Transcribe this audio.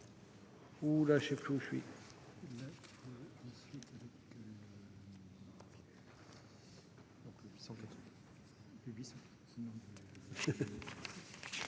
...